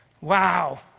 Wow